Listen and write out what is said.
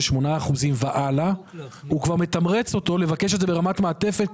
8% והלאה מתמרץ אותו לבקש את זה ברמת מעטפת,